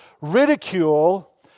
ridicule